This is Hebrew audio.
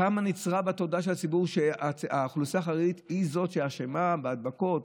כמה נצרב בתודעה של הציבור שהאוכלוסייה החרדית היא זאת שאשמה בהדבקות,